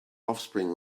offspring